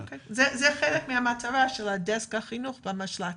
זה חלק מהמטרה של דסק החינוך במשלט.